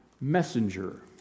messenger